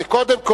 קודם כול,